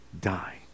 die